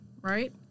right